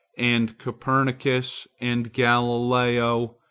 and copernicus, and galileo,